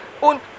und